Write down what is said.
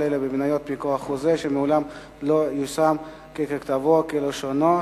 אלא במניות מכוח חוזה שמעולם לא ייושם ככתבו וכלשונו,